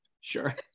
Sure